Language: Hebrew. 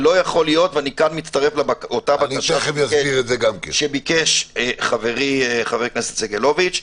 ואני מצטרף לבקשה של חברי חבר הכנסת סגלוביץ,